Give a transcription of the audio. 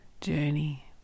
journey